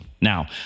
Now